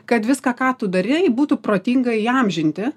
kad viską ką tu darei būtų protinga įamžinti